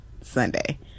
Sunday